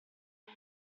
run